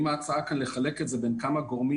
אם ההצעה כאן היא לחלק את זה בין כמה גורמים